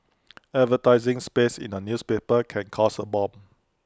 advertising space in A newspaper can cost A bomb